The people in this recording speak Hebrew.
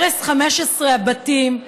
הרס 15 הבתים,